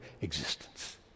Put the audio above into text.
existence